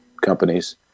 companies